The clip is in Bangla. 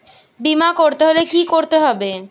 বিমা করতে হলে কি করতে হবে?